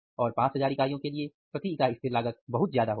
और 5000 इकाइयों के लिए प्रति इकाई स्थिर लागत बहुत ज्यादा होगी